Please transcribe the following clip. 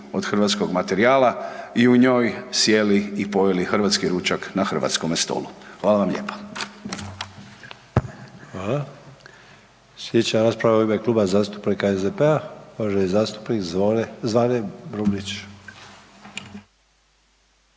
od hrvatskog materijala i u njoj sjeli i pojeli hrvatski ručak na hrvatskome stolu. Hvala vam lijepa. **Sanader, Ante (HDZ)** Hvala. Sljedeća rasprava u ime Kluba zastupnika SDP-a, uvaženi zastupnik Zvone, Zvane Brumnić.